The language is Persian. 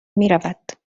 میرود